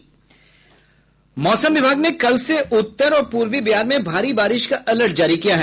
मौसम विभाग ने कल से उत्तर और पूर्वी बिहार में भारी बारिश का अलर्ट जारी किया है